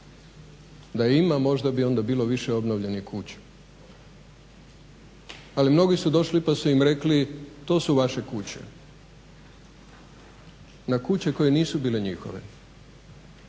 Da ima možda bi onda bilo više obnovljenih kuća. Ali mnogi su došli pa su im rekli to su vaše kuće, na kuće koje nisu bile njihove